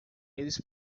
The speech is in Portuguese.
eles